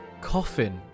coffin